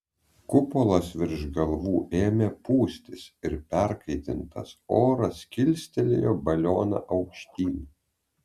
kupolas virš galvų ėmė pūstis ir perkaitintas oras kilstelėjo balioną aukštyn